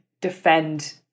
defend